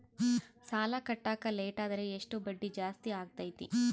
ಸಾಲ ಕಟ್ಟಾಕ ಲೇಟಾದರೆ ಎಷ್ಟು ಬಡ್ಡಿ ಜಾಸ್ತಿ ಆಗ್ತೈತಿ?